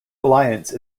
alliance